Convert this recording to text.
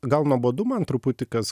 gal nuobodu man truputį kas